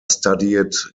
studied